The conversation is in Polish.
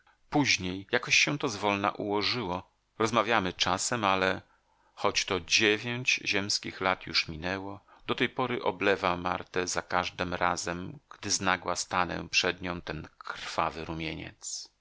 później jakoś się to zwolna ułożyło rozmawiamy czasem ale choć to dziewięć ziemskich lat już minęło do tej pory oblewa martę za każdym razem gdy znagła stanę przed nią ten krwawy rumieniec